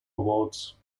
awards